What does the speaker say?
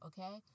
Okay